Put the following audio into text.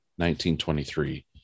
1923